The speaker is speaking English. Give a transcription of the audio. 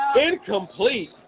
incomplete